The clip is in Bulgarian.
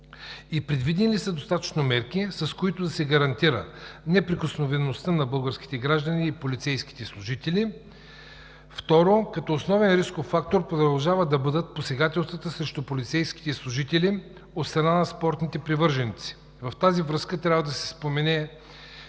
Предвидени ли са достатъчно мерки, с които да се гарантира неприкосновеността на българските граждани и полицейските служители? Второ, като основен рисков фактор продължават да бъдат посегателствата срещу полицейските служители от страна на спортните привърженици. Тук трябва да се спомене,